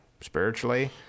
spiritually